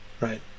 right